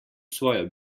svojo